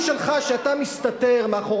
לא אכפת לך מהעובדים, לא אכפת לך מהנהגים.